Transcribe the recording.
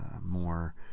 more